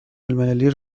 المللی